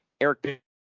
Eric